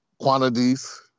quantities